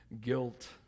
guilt